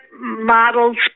models